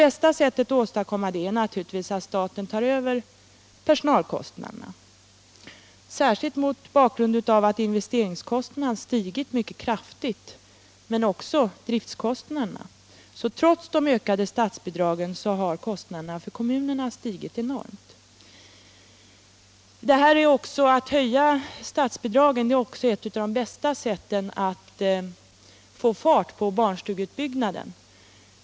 Bästa sättet att åstadkomma detta är naturligtvis att staten tar över personalkostnaderna — särskilt mot bakgrund av att investeringskostnaderna men också driftskostnaderna stigit mycket kraftigt så att, trots de ökade statsbidragen, kostnaderna för kommunerna stigit enormt. Att höja statsbidragen är också ett av de bästa sätten att få fart på barnstugeutbyggnaden.